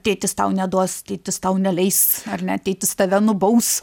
tėtis tau neduos tėtis tau neleis ar ne tėtis tave nubaus